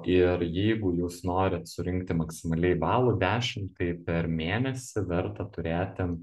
ir jeigu jūs norit surinkti maksimaliai balų dešimt tai per mėnesį verta turėti